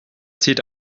zieht